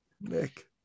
Nick